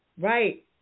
Right